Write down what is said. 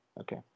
Okay